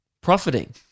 profiting